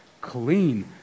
clean